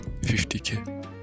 50k